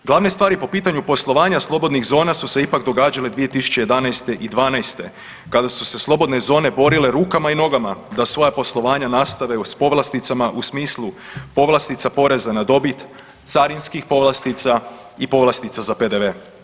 Glavne stvari po pitanju poslovanja slobodnih zona su se ipak događale 2011. i '12. kada su se slobodne zone borile rukama i nogama da svoja poslovanja nastave uz povlasticama u smislu povlastica poreza na dobit, carinskih povlastica i povlastica za PDV.